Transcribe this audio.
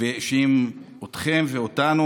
והאשים אתכם ואותנו,